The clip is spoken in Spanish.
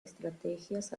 estrategias